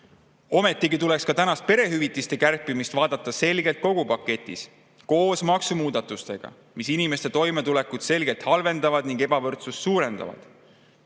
Ometigi tuleks ka tänast perehüvitiste kärpimist vaadata kogupaketis koos maksumuudatustega, mis inimeste toimetulekut selgelt halvendavad ning ebavõrdsust suurendavad.